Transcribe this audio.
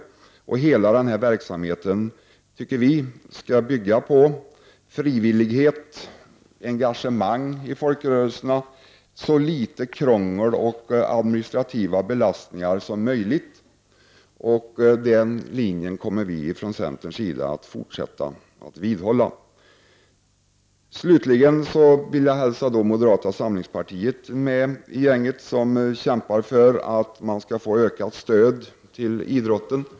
Vi tycker att hela den här verksamheten skall bygga på frivillighet och engagemang i folkrörelserna och så litet av krångel och administrativa belastningar som möjligt. Den linjen kommer vi från centerns sida att fortsätta att vidhålla. Slutligen vill jag hälsa moderata samlingspartiet med i gänget som kämpar för att man skall få ökat stöd till idrotten.